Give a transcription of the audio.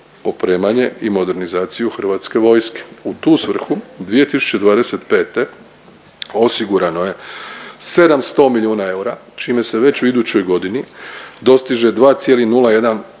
opremanje i modernizaciju HV-a. U tu svrhu 2025. osigurano je 700 milijuna eura, čime se već u idućoj godini dostiže 2,01%